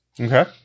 Okay